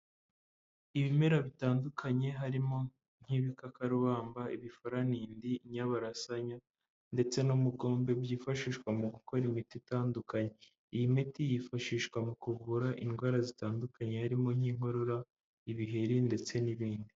Ibimera bitandukanye harimo nk'ibikakarubamba, ibifuranindi inyabarasanya ndetse n'umugombe byifashishwa mu gukora imiti itandukanye. Iyi miti yifashishwa mu kuvura indwara zitandukanye harimo n'inkorora ibiheri ndetse n'ibindi.